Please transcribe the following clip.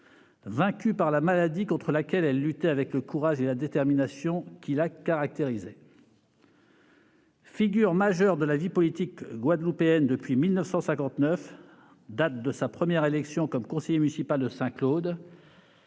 vaincue par la maladie contre laquelle elle luttait avec le courage et la détermination qui la caractérisaient. Figure majeure de la vie politique guadeloupéenne depuis 1959, date de sa première élection comme conseiller municipal de Saint-Claude,